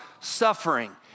suffering